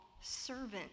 servant